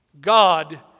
God